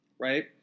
right